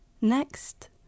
Next